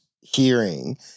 hearing